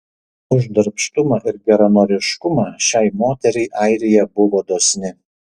už darbštumą ir geranoriškumą šiai moteriai airija buvo dosni